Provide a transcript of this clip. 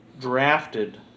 drafted